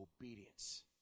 obedience